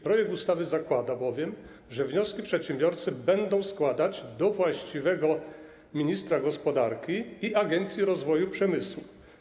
Projekt ustawy zakłada bowiem, że przedsiębiorcy będą składać wnioski do właściwego ministra gospodarki i Agencji Rozwoju Przemysłu.